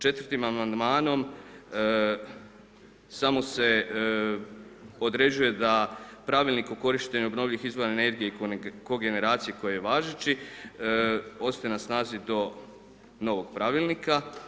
Četvrtim amandmanom samo se određuje da Pravilnik o korištenju obnovljivih izvora energije i kogeneracije koji je važeći, ostaje na snazi do novog Pravilnika.